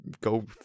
go